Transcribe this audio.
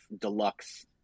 deluxe